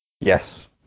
yes